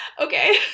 okay